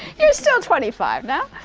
you're still twenty five now,